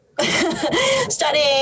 studying